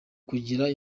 kugira